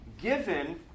given